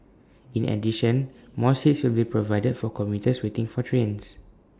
in addition more seats will be provided for commuters waiting for trains